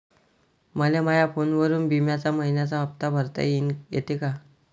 मले माया फोनवरून बिम्याचा मइन्याचा हप्ता भरता येते का?